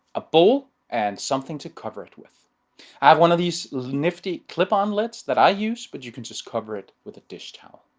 a bowl and something to cover it with. i have one of these nifty clip on lids that i use, but you can just cover it with a dish towel.